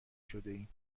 شدهایم